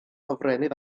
hofrennydd